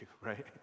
right